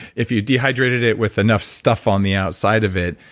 if you dehydrated it with enough stuff on the outside of it,